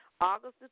August